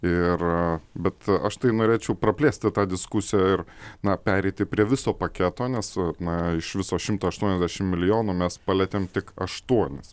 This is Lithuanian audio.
ir bet aš tai norėčiau praplėsti tą diskusiją ir na pereiti prie viso paketo nes su na iš viso šimto aštuoniasdešimt milijonų mes palietėme tik aštuonis